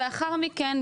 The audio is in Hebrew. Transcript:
לאחר מכן,